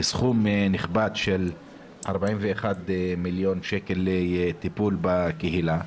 סכום נכבד של 41 מיליון שקל לטיפול בקהילה.